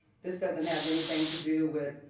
this doesn't have anything to do with